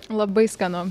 labai skanu